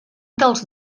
dels